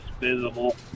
visible